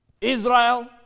Israel